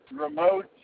remote